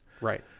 Right